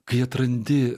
kai atrandi